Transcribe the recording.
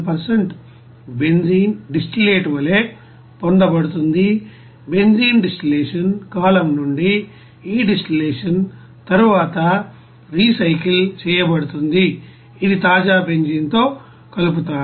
1 benzene distillate వలె పొందబడుతుందిబెంజీన్ distillation column నుండి ఈ డిస్టిల్లషన్ తరువాత రీసైకిల్ చేయబడుతుంది ఇది తాజా బెంజీన్తో కలుపుతారు